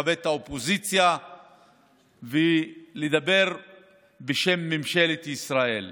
לכבד את האופוזיציה ולדבר בשם ממשלת ישראל.